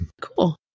cool